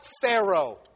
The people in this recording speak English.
Pharaoh